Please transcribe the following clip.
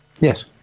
Yes